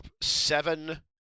seven